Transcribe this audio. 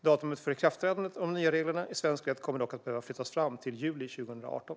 Datumet för ikraftträdandet av de nya reglerna i svensk rätt kommer dock att behöva flyttas fram till juli 2018.